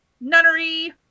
nunnery